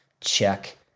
check